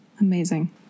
amazing